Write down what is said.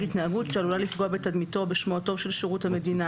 התנהגות שעלולה לפגוע בתדמיתו או בשמו הטוב של שירות המדינה,